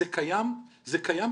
זה קיים היום.